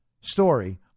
story